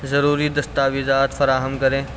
ضروری دستاویزات فراہم کریں